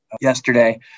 yesterday